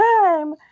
time